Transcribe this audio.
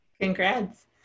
Congrats